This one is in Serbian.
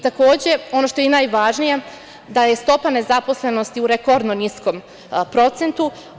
Takođe, ono što je najvažnije jeste da je stopa nezaposlenosti u rekordno niskom procentu.